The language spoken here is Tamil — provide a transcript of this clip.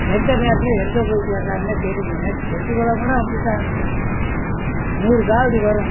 எந்த நேரத்தில் எங்கே போய் சேர்கிறாங்கனே தெரியலை நேற்று செட்டிக்குளம் கூட அப்படி தான் வந்துருச்சு நூறு காவடி வரும்